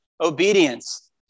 obedience